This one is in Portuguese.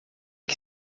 que